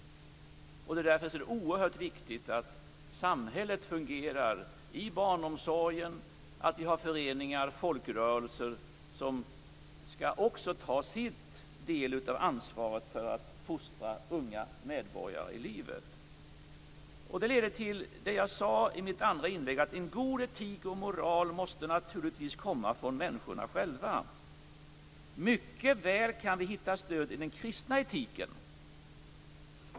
Därför är det oerhört viktigt att samhället fungerar genom barnomsorg, föreningar och folkrörelser som också tar sin del av ansvaret för att fostra unga medborgare i livet. En god etik och moral måste naturligtvis komma från människorna själva. Vi kan mycket väl hitta stöd i den kristna etiken.